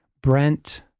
Brent